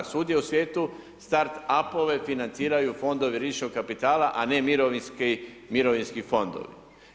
Svugdje u svijetu startup-ove financiraju fondovi rizičnih kapitala, a ne mirovinski fondovi.